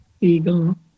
Egon